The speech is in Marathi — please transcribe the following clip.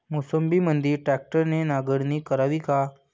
मोसंबीमंदी ट्रॅक्टरने नांगरणी करावी का?